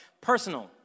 Personal